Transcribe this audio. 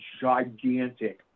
gigantic